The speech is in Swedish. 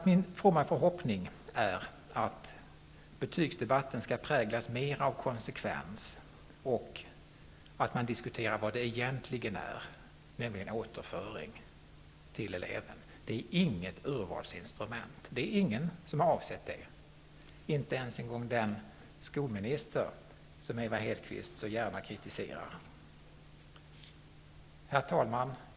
Min fromma förhoppning är att betygsdebatten skall präglas mer av konsekvens och av att man diskuterar vad betyg egentligen innebär, nämligen återföring till eleven. Betygen är inte något urvalsinstrument. Det finns inte någon som har haft den avsikten, inte ens den skolminister som Ewa Hedkvist Petersen så gärna kritiserar. Herr talman!